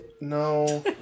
No